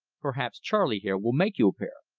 perhaps charley here will make you a pair.